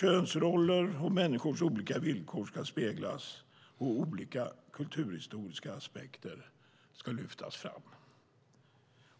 Könsroller och människors olika villkor ska speglas, och olika kulturhistoriska aspekter ska lyftas fram.